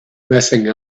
messing